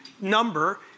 number